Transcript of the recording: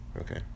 Okay